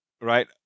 right